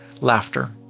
Laughter